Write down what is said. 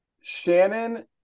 Shannon